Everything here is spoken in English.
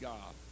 God